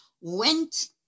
went